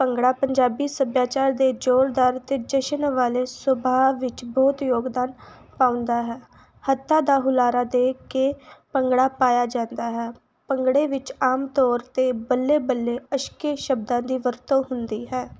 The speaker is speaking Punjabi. ਭੰਗੜਾ ਪੰਜਾਬੀ ਸੱਭਿਆਚਾਰ ਦੇ ਜ਼ੋਰਦਾਰ ਅਤੇ ਜਸ਼ਨ ਵਾਲੇ ਸੁਭਾਅ ਵਿੱਚ ਬਹੁਤ ਯੋਗਦਾਨ ਪਾਉਂਦਾ ਹੈ ਹੱਥਾਂ ਦਾ ਹੁਲਾਰਾ ਦੇ ਕੇ ਭੰਗੜਾ ਪਾਇਆ ਜਾਂਦਾ ਹੈ ਭੰਗੜੇ ਵਿੱਚ ਆਮ ਤੌਰ 'ਤੇ ਬੱਲੇ ਬੱਲੇ ਅਸ਼ਕੇ ਸ਼ਬਦਾਂ ਦੀ ਵਰਤੋਂ ਹੁੰਦੀ ਹੈ